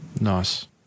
Nice